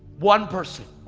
one person.